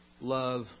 love